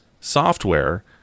software